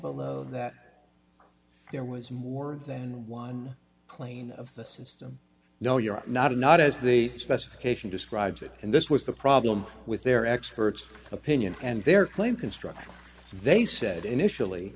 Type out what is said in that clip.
below that there was more than one plane of the system no you're not a not as the specification describes it and this was the problem with their expert's opinion and their claim construct they said initially